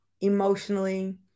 emotionally